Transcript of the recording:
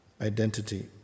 identity